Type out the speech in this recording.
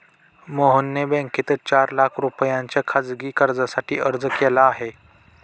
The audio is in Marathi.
मोहनने बँकेत चार लाख रुपयांच्या खासगी कर्जासाठी अर्ज केला आहे